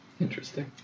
Interesting